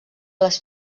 les